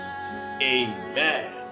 Amen